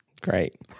Great